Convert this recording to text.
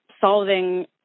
solving